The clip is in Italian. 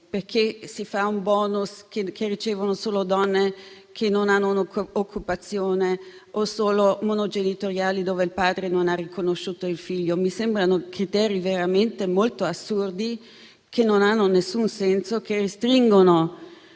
perché si istituisce un *bonus* che ricevono solo donne che non hanno occupazione o solo famiglie monogenitoriali in cui il padre non ha riconosciuto il figlio. Mi sembrano criteri veramente assurdi che non hanno alcun senso, che restringono